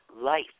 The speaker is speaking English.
life